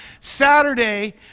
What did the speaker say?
Saturday